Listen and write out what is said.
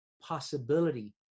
possibility